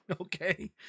okay